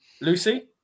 Lucy